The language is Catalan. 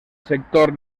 sector